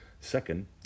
Second